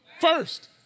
first